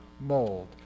mold